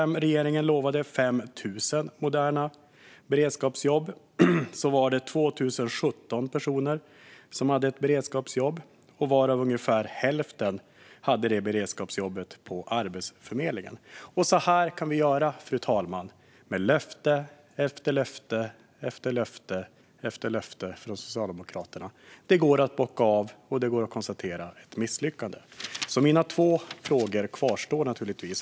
Regeringen lovade 5 000 moderna beredskapsjobb. Det var 2 017 personer som hade beredskapsjobb, varav ungefär hälften hade det på Arbetsförmedlingen. Så här kan vi göra, fru talman, med löfte efter löfte från Socialdemokraterna: bocka av och konstatera ett misslyckande. Mina två frågor kvarstår.